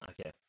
Okay